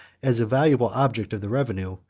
as a valuable object of the revenue,